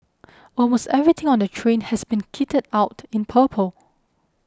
almost everything on the train has been kitted out in purple